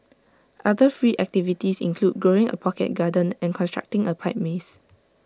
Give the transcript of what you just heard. other free activities include growing A pocket garden and constructing A pipe maze